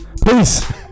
please